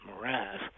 morass